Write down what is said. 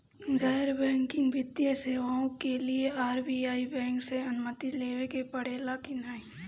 गैर बैंकिंग वित्तीय सेवाएं के लिए आर.बी.आई बैंक से अनुमती लेवे के पड़े ला की नाहीं?